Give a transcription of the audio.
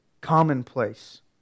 Commonplace